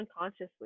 unconsciously